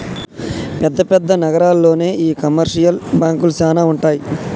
పెద్ద పెద్ద నగరాల్లోనే ఈ కమర్షియల్ బాంకులు సానా ఉంటాయి